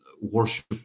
worship